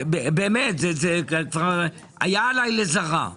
היה עליי לזרא.